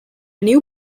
new